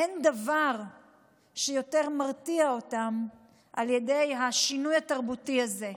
אין דבר שיותר מרתיע אותם מהשינוי התרבותי הזה,